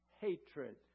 hatred